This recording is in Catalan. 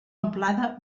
amplada